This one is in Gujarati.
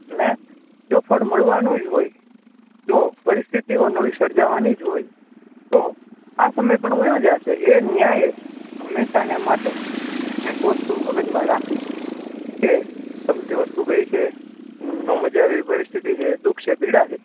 એટલે જો ફળ મળવાનું જ હોય જોવો પરિસ્થિતિઓ નવી સર્જાવાની જ હોય તો આ સમય પણ વયો જશે એ ન્યાયે હંમેશાને માટે એક વસ્તું મગજમાં રાખવી કે ગમતી વસ્તુ ગઈ છે નો મજા આવે એવી પરિસ્થિતિ છે દુઃખ છે પીડા છે